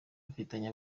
bafitanye